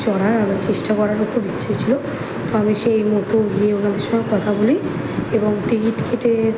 চড়ার আমার চেষ্টা করারও খুব ইচ্ছা ছিল তো আমি সেই মতো গিয়ে ওনাদের সঙ্গে কথা বলি এবং টিকিট কেটে